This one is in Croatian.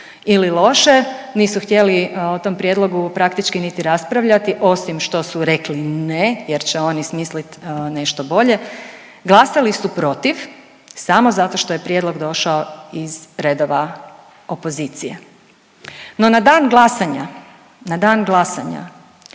ili loše. Nisu htjeli o tom prijedlogu praktički niti raspravljati osim što su rekli ne jer će oni smislit nešto bolje, glasali su protiv samo zato što je prijedlog došao iz redova opozicije. No na dan glasanja, na dan glasanja